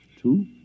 two